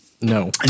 No